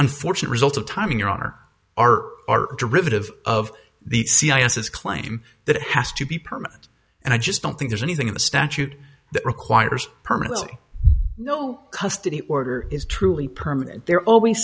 unfortunate result of timing your honor our derivative of the c i s is claim that it has to be permanent and i just don't think there's anything in the statute that requires permanently no custody order is truly permanent they're always